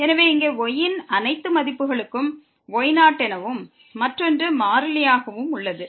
எனவே இங்கே y ன் அனைத்து மதிப்புகளுக்கும் y0 எனவும் மற்றொன்று மாறிலியாகவும் உள்ளது